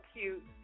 cute